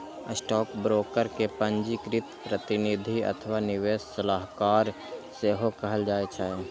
stockbroker कें पंजीकृत प्रतिनिधि अथवा निवेश सलाहकार सेहो कहल जाइ छै